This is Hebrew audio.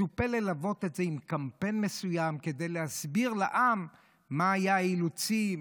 מצופה ללוות את זה בקמפיין מסוים כדי להסביר לעם מה היו האילוצים,